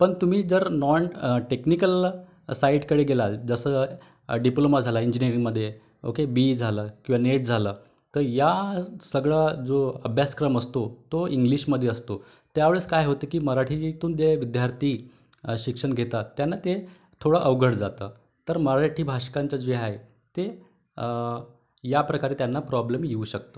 पण तुम्ही जर नॉन टेक्निकल साइडकडे गेलात जसं डिप्लोमा झाला इंजिनीयरिंगमध्ये ओके बी इ झालं किंवा नेट झालं तर या सगळं जो अभ्यासक्रम असतो तो इंग्लिशमध्ये असतो त्यावेळेस काय होतं की मराठीतून जे विद्यार्थी शिक्षण घेतात त्यांना ते थोडं अवघड जातं तर मराठी भाषकांचं जे आहे ते या प्रकारे त्यांना प्रॉब्लेम येऊ शकतो